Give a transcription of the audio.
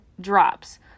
drops